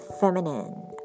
Feminine